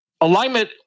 alignment